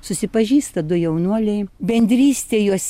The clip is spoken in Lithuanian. susipažįsta du jaunuoliai bendrystė juos